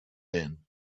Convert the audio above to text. din